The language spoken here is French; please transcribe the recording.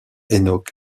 enoch